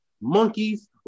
monkeys